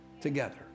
together